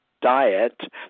diet